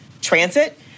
transit